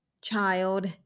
child